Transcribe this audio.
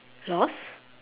lost